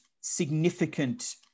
significant